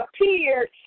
appeared